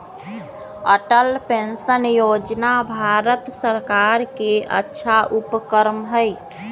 Atal pension Yojana Bharat सर्कार के अच्छा उपक्रम हई